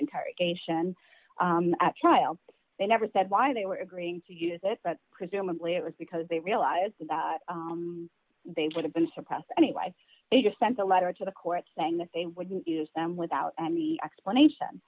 interrogation at trial they never said why they were agreeing to use it but presumably it was because they realized that they would have been suppressed anyway they just sent a letter to the court saying that they wouldn't use them without any explanation